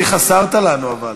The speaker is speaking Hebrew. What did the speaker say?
אשמור את הזכות הזאת לשעה מאוחרת.